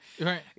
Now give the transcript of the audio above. right